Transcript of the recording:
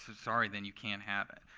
sorry, then you can't have it.